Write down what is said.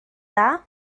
dda